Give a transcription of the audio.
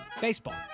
baseball